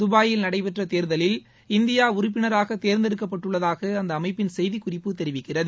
துபாயில் நடைபெற்ற தேர்தலில் இந்தியா உறுப்பினராக தேர்ந்தெடுக்கப்பட்டுள்ளதாக அந்த அமைப்பின் செய்திக்குறிப்பு தெரிவிக்கிறது